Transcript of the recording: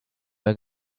were